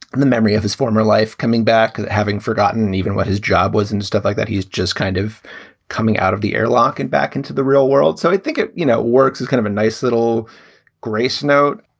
and the memory of his former life coming back, having forgotten even what his job was and stuff like that. he's just kind of coming out of the airlock and back into the real world. so i think it you know works is kind of a nice little gracenote.